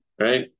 Right